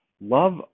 Love